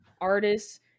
artists